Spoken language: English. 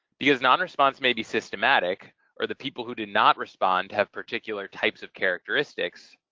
because non-response may be systematic or the people who did not respond have particular types of characteristics,